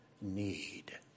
need